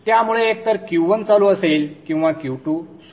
त्यामुळे एकतर Q1 चालू असेल किंवा Q2 सुरू असेल